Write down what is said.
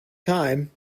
time